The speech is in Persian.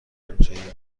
همچنین